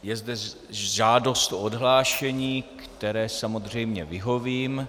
Je zde žádost o odhlášení, které samozřejmě vyhovím.